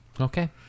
Okay